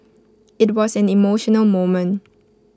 IT was an emotional moment